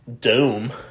Doom